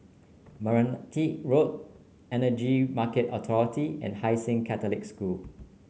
Meranti Road Energy Market Authority and Hai Sing Catholic School